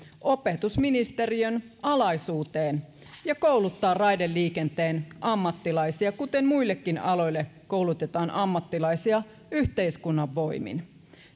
opetusministeriön alaisuuteen ja kouluttaa raideliikenteen ammattilaisia kuten muillekin aloille koulutetaan ammattilaisia yhteiskunnan voimin